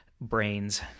brains